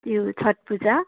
त्यो छट पुजा